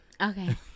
Okay